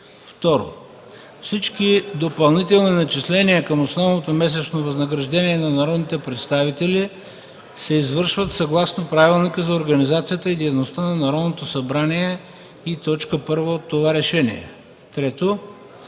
г. 2. Всички допълнителни начисления към основното месечно възнаграждение на народните представители се извършват съгласно Правилника за организацията и дейността на Народното събрание и т. 1 от това решение. 3.